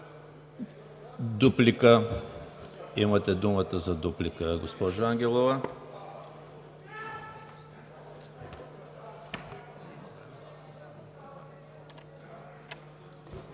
реплика? Имате думата за дуплика, госпожо Ангелова.